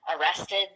arrested